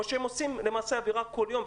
או שהם עושים למעשה עבירה כל יום?